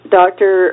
doctor